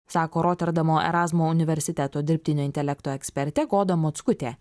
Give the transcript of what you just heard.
sako roterdamo erazmo universiteto dirbtinio intelekto ekspertė goda mockutė